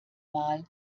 mal